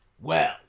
Well